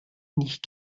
nicht